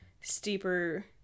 steeper